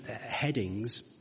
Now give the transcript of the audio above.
headings